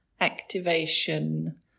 activation